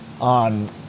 on